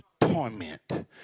torment